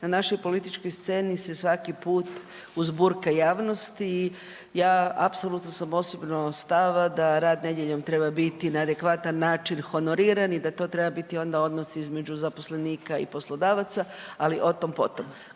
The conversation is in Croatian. na našoj političkoj sceni se svaki put uzburka javnost i ja apsolutno sam osobno stava da rad nedjeljom treba biti na adekvatan način honoriran i da to treba biti onda odnos između zaposlenika i poslodavaca, ali o tom potom.